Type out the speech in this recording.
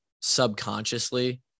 subconsciously